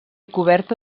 coberta